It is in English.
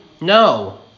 No